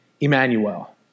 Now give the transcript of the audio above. Emmanuel